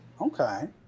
Okay